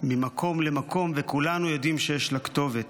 ממקום למקום, וכולנו יודעים שיש לה כתובת.